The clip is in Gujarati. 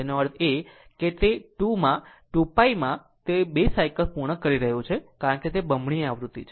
આમ તેનો અર્થ એ કે 2 માં 2π માં તે 2 સાયકલ પૂર્ણ કરી રહ્યું છે કારણ કે તે બમણી આવૃત્તિ છે